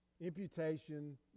Imputation